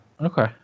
Okay